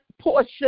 portion